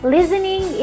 Listening